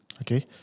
okay